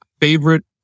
favorite